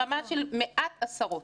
ברמה של מעט עשרות.